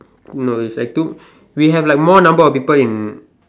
no it's like too we have like more number of people in